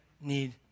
need